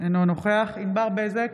אינו נוכח ענבר בזק,